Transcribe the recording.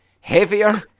heavier